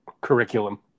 curriculum